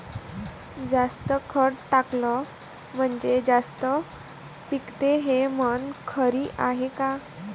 जास्त खत टाकलं म्हनजे जास्त पिकते हे म्हन खरी हाये का?